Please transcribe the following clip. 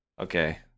okay